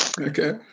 okay